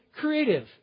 creative